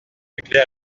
éclair